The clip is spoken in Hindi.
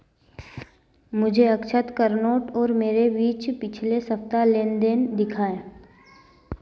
मुझे अक्षत करनोट और मेरे बीच पिछले सप्ताह लेन देन दिखाएँ